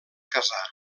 casà